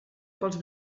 pels